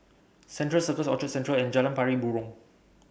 Central Circus Orchard Central and Jalan Pari Burong